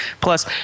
Plus